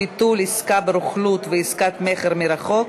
ביטול עסקה ברוכלות ועסקת מכר מרחוק),